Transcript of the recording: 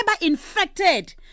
infected